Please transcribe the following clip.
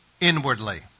inwardly